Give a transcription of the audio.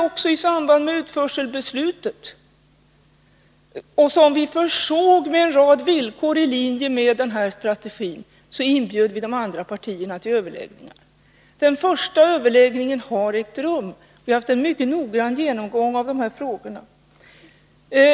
I samband med utförselbeslutet, vilket vi försåg med en rad villkor i linje med den här strategin, inbjöd vi de andra partierna till överläggningar. Den första överläggningen har ägt rum. Vi har haft en mycket noggrann genomgång av de här frågorna.